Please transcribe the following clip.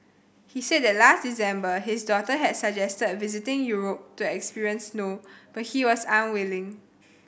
he said that last December his daughter had suggested visiting Europe to experience snow but he was unwilling